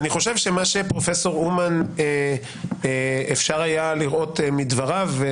אני חושב שמה שאפשר היה לראות מדבריו של פרופ' אומן,